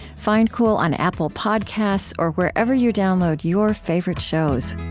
find cool on apple podcasts or wherever you download your favorite shows